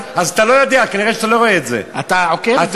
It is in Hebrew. אתה עוקב אחרי "אל-ג'זירה"?